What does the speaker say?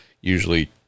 usually